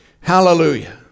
Hallelujah